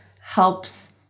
helps